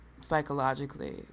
psychologically